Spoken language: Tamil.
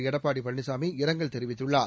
எடப்பாடி பழனிசாமி இரங்கல் தெரிவித்துள்ளார்